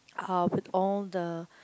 uh with all the